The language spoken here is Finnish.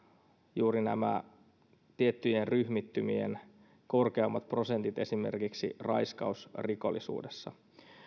juuri nämä tiettyjen ryhmittymien korkeammat prosentit esimerkiksi raiskausrikollisuudessa